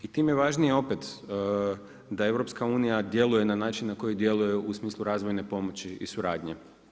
I tim je važnije opet, da EU, djeluje na način na koji djeluje u smislu razvojne pomoći i suradnje.